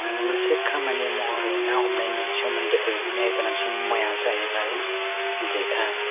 मोनसे खामानि महरै ना हमनायनि सोमोन्दै मेहेर गोनांसिन मुवाया जाहैबाय जेखाय